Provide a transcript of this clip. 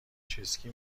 چسکی